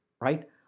right